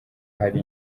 hari